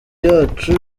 yacu